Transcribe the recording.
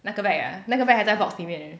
那个 bag ah 那个 bag 还在 box 里面 leh